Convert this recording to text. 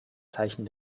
zeichen